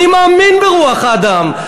אני מאמין ברוח האדם.